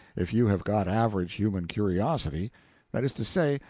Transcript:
if you have got average human curiosity that is to say,